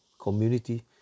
community